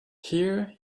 here